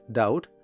doubt